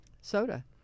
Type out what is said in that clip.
soda